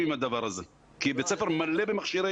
עם הדבר הזה כי בית ספר מלא במכשירים,